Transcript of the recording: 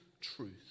truth